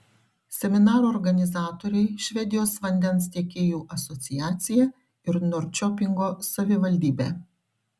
seminarų organizatoriai švedijos vandens tiekėjų asociacija ir norčiopingo savivaldybė